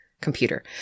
computer